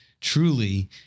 truly